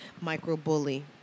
micro-bully